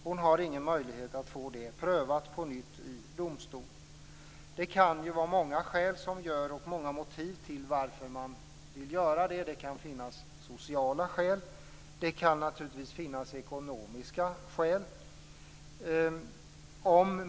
Hon har ingen möjlighet att få faderskapet prövat på nytt i domstol. Det kan finnas många motiv till att göra en sådan prövning. Det kan finnas sociala skäl. Det kan naturligtvis finnas ekonomiska skäl.